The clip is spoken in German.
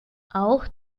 auch